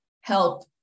help